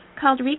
called